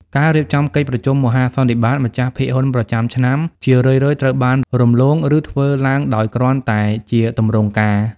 ការរៀបចំកិច្ចប្រជុំមហាសន្និបាតម្ចាស់ភាគហ៊ុនប្រចាំឆ្នាំ ជារឿយៗត្រូវបានរំលង ឬធ្វើឡើងដោយគ្រាន់តែជាទម្រង់ការ។